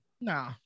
No